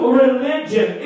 religion